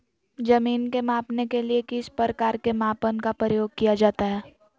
जमीन के मापने के लिए किस प्रकार के मापन का प्रयोग किया जाता है?